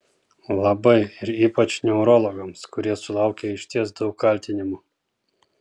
labai ir ypač neurologams kurie sulaukia išties daug kaltinimų